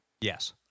Yes